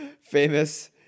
Famous